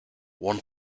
one